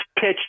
pitch